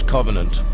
Covenant